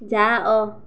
ଯାଅ